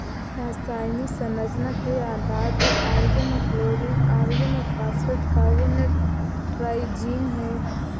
रासायनिक संरचना के आधार पर ऑर्गेनोक्लोरीन ऑर्गेनोफॉस्फेट कार्बोनेट ट्राइजीन है